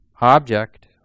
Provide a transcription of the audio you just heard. object